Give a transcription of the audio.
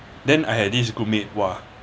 then I had this group mate !wah!